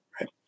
Right